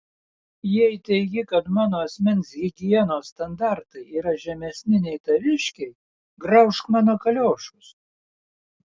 jei teigi kad mano asmens higienos standartai yra žemesni nei taviškiai graužk mano kaliošus